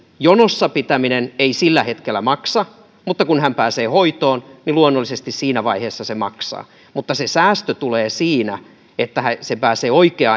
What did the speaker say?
jonossa pitäminen ei sillä hetkellä maksa mutta kun hän pääsee hoitoon niin luonnollisesti siinä vaiheessa maksaa mutta se säästö tulee siinä että hän pääsee oikea